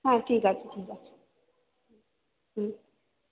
হ্যাঁ ঠিক আছে ঠিক আছে হুম